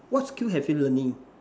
what skill have you learning